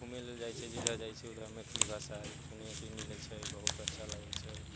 घुमै लेल जाइ छियै जिधर जाइ छियै उधर मैथिली भाषा सुनैके मिलै छै बहुत अच्छा लागै छै